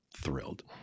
thrilled